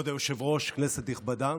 כבוד היושב-ראש, כנסת נכבדה,